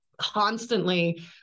constantly